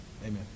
Amen